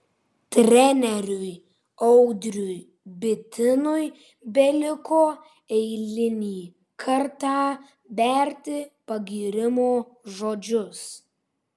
treneriui audriui bitinui beliko eilinį kartą berti pagyrimo žodžius